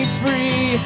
free